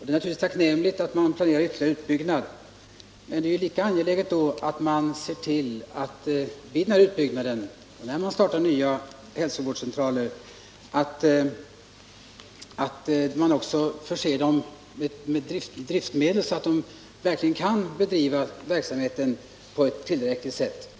och det är naturligtvis tacknämligt att man planerar en ytterligare utbyggnad. Men det är lika angeläget att se till att man när man i detta sammanhang startar nya hälsovårdscentraler också förser dem med driftmedel, så att verksamheten kan bedrivas på ett tillfredsställande sätt.